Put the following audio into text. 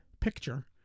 Picture